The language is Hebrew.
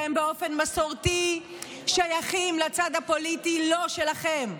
שהם באופן מסורתי שייכים לצד הפוליטי לא שלכם.